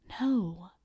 No